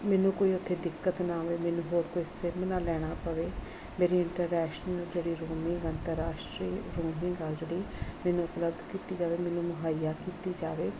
ਮੈਨੂੰ ਕੋਈ ਉੱਥੇ ਦਿੱਕਤ ਨਾ ਆਵੇ ਮੈਨੂੰ ਹੋਰ ਕੋਈ ਸਿਮ ਨਾ ਲੈਣਾ ਪਵੇ ਮੇਰੀ ਇੰਟਰੈਸ਼ਨਲ ਜਿਹੜੀ ਰੋਮਿੰਗ ਅੰਤਰਰਾਸ਼ਟਰੀ ਰੋਮਿੰਗ ਆ ਜਿਹੜੀ ਮੈਨੂੰ ਉਪਲਬਧ ਕੀਤੀ ਜਾਵੇ ਮੈਨੂੰ ਮੁਹੱਈਆ ਕੀਤੀ ਜਾਵੇ